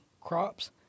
crops